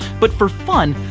but for fun,